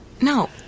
No